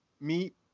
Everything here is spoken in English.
meat